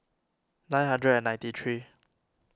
nine hundred and ninety three